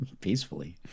peacefully